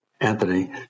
Anthony